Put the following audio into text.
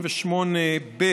(38ב)